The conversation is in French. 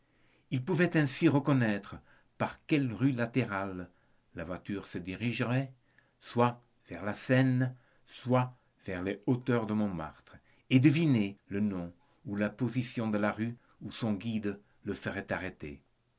il pouvait ainsi reconnaître par quelle rue latérale la voiture se dirigerait soit vers la seine soit vers les hauteurs de montmartre et deviner le nom ou la position de la rue où son guide le ferait arrêter